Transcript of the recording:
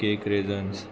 cake raisins